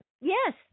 Yes